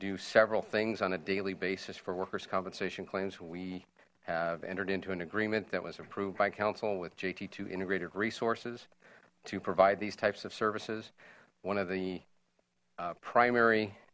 do several things on a daily basis for workers compensation claims we have entered into an agreement that was approved by counsel with jt to integrated resources to provide these types of services one of the primary